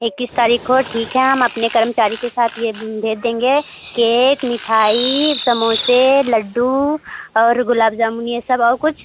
इक्कीस तारीख को ठीक है हम अपने कर्मचारी के साथ ये भेज देंगे केक मिठाई समोसे लड्डू और गुलाब जामुन यह सब और कुछ